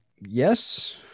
Yes